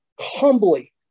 humbly